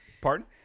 pardon